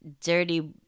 dirty